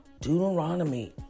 Deuteronomy